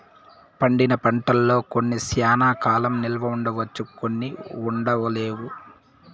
పండిన పంటల్లో కొన్ని శ్యానా కాలం నిల్వ ఉంచవచ్చు కొన్ని ఉండలేవు